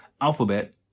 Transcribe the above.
alphabet